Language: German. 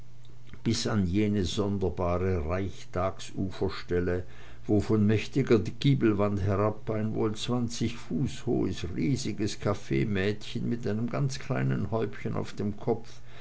bis an jene sonderbare reichstagsuferstelle wo von mächtiger giebelwand herab ein wohl zwanzig fuß hohes riesiges kaffeemädchen mit einem ganz kleinen häubchen auf dem kopf